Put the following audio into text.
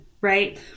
right